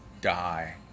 die